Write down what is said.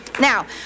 now